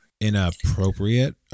inappropriate